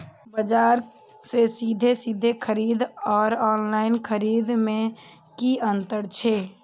बजार से सीधे सीधे खरीद आर ऑनलाइन खरीद में की अंतर छै?